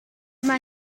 mae